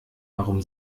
warum